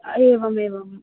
एवम् एवम्